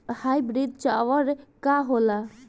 Hybrid चाउर का होला?